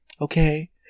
Okay